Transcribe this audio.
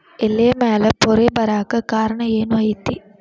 ಎಲೆ ಮ್ಯಾಲ್ ಪೊರೆ ಬರಾಕ್ ಕಾರಣ ಏನು ಐತಿ?